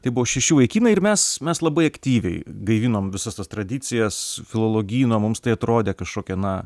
tai buvo šeši vaikinai ir mes mes labai aktyviai gaivinom visas tas tradicijas filologyno mums tai atrodė kažkokia na